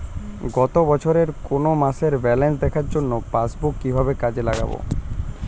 গত বছরের কোনো মাসের ব্যালেন্স দেখার জন্য পাসবুক কীভাবে কাজে লাগাব?